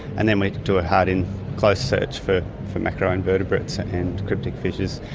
and then we do a hard in close search for for macro invertebrates and cryptic fishes,